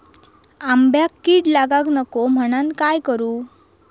आंब्यक कीड लागाक नको म्हनान काय करू?